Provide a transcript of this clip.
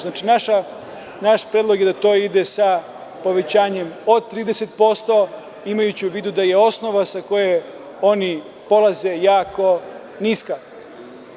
Znači, naš predlog je da to ide sa povećanjem od 30%, imajući u vidu da je osnova sa koje oni polaze jako niska.